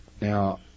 Now